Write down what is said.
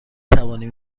توانیم